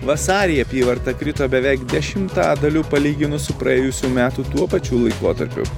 vasarį apyvarta krito beveik dešimtadaliu palyginus su praėjusių metų tuo pačiu laikotarpiu